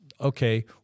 okay